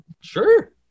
Sure